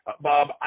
bob